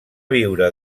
viure